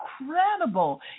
incredible